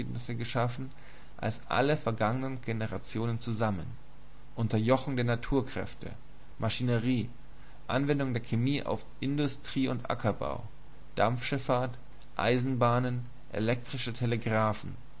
geschaffen als alle vergangenen generationen zusammen unterjochung der naturkräfte maschinerie anwendung der chemie auf industrie und ackerbau dampfschiffahrt eisenbahnen elektrische telegraphen